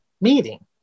meeting